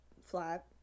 flat